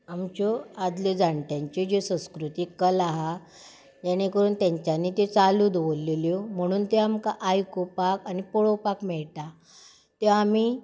आमच्यो आदल्यो जाणट्यांच्यो ज्यो संस्कृतीक कला आसा जेणें करून तेंच्यानी त्यो चालू दवरिल्ल्यो म्हणून त्यो आमकां आयकपाक आनी पळोवपाक मेळटा ते आमी